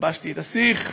הלבשתי את ה"סיח",